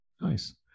Nice